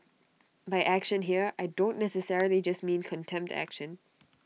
by action here I don't necessarily just mean contempt action